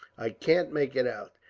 i can't make it out.